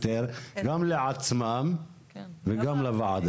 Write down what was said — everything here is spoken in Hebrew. גם לעצמם וגם לוועדה.